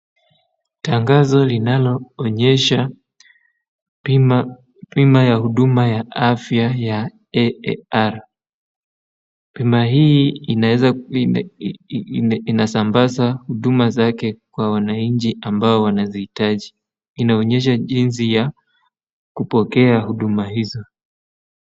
Tangazo linaloonyesha bima ya huduma ya afya ya AAR bima hii inaeza kua inasambaza huduma zake Kwa wananchi ambao wanaziitaji inaonyesha jinsi ya kupokea huduma hizo.